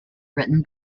written